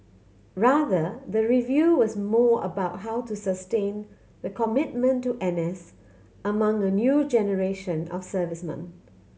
rather the review was more about how to sustain the commitment to N S among a new generation of servicemen